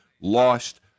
lost